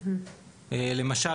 למשל,